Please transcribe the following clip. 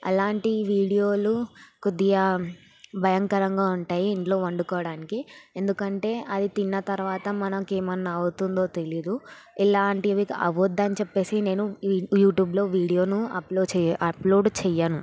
అలాంటి వీడియోలు కొద్దిగా భయంకరంగా ఉంటాయి ఇంట్లో వండుకోడానికి ఎందుకంటే అది తిన్న తర్వాత మనకి ఎమన్నా అవుతుందో తెలీదు ఇలాంటివి అవ్వద్దని చెప్పేసి నేను ఈ యూట్యూబ్లో వీడియోను అప్లో అప్లోడ్ చెయ్యను